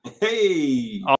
Hey